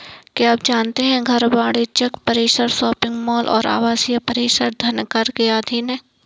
क्या आप जानते है घर, वाणिज्यिक परिसर, शॉपिंग मॉल और आवासीय परिसर धनकर के अधीन हैं?